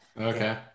Okay